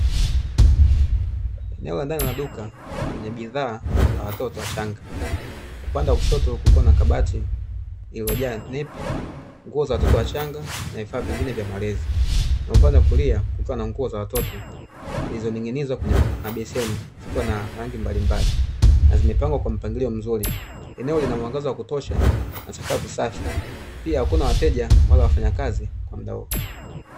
Eneo la ndani la duka lenye bidhaa za watoto wachanga upande kushoto kukiwa na kabati iliyojaa nepi, nguo za watoto wachanga, na vifaa vingine vya malezi; na upande wa kulia kukiwa na nguo za watoto zilizoning'inizwa kwenye mabeseni zikiwa na rangi mbalimbali na zimepangwa kwa mpangilio mzuri. Eneo lina mwangaza wa kutosha na sakafu kusafi, pia hakuna wateja wala wafanyakazi kwa muda huo.